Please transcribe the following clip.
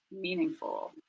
meaningful